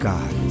God